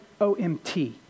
OMT